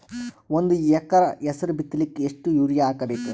ಒಂದ್ ಎಕರ ಹೆಸರು ಬಿತ್ತಲಿಕ ಎಷ್ಟು ಯೂರಿಯ ಹಾಕಬೇಕು?